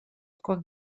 quan